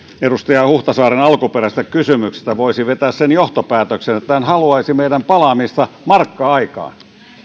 edustaja huhtasaaren alkuperäisestä kysymyksestä voisi vetää sen johtopäätöksen että hän haluaisi meidän palaamistamme markka aikaan